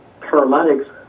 paramedics